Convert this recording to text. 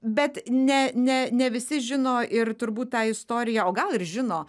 bet ne ne ne visi žino ir turbūt tą istoriją o gal ir žino